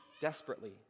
desperately